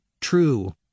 true